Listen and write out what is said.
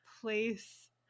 place